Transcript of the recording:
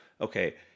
okay